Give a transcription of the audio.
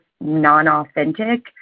non-authentic